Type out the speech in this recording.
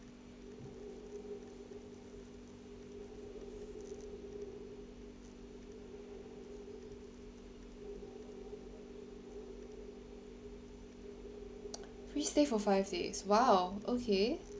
free stay for five days !wow! okay